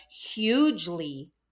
hugely